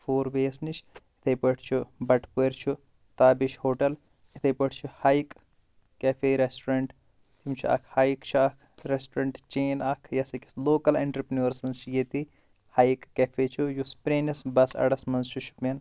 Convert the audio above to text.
four way یس نِش اِتھے پٲٹھۍ چھُ بٹہٕ پٲرۍ چھُ تابِش ہوٹل اِتھے پٲٹھۍ چھ ہایِک کیفے رٮ۪سٹورنٹ یِم چھِ اکھ ہایِک چھُ اکھ ریسٹورنٹ چین اکھ یۄس أکِس لوکل اینٹرپینٲرٕس چھِ ییٚتی ہایِک کیفے چھُ یُس پرینِس بس اڈس منٛز چھُ شُپین